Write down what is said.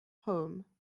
home